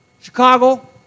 Chicago